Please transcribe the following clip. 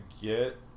get